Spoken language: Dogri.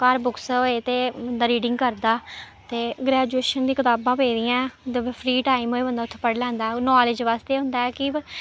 घर बुक्स होए ते बंदा रीडिंग करदा ते ग्रैजुऐशन दियां कताबां पेदियां ऐ फ्री टाइम होए बंदा उत्थै पढ़ी लैंदा नालेज बास्तै एह् होंदा ऐ कि